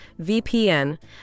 VPN